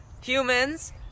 humans